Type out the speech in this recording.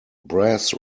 brass